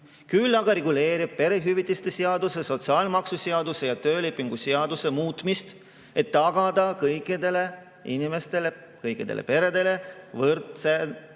Küll aga reguleerib see perehüvitiste seaduse, sotsiaalmaksuseaduse ja töölepingu seaduse muutmist, et tagada kõikidele inimestele, kõikidele peredele võrdne